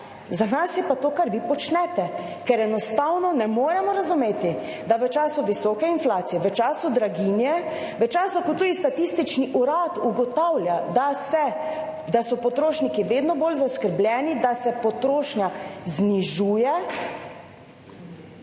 za nas je pa to, kar vi počnete. Ker enostavno ne moremo razumeti, da v času visoke inflacije, v času draginje, v času, ko tudi Statistični urad ugotavlja, da so potrošniki vedno bolj zaskrbljeni, da se potrošnja znižuje,